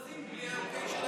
הם לא זזים בלי האוקיי שלהם.